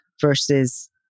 versus